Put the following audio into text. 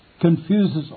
confuses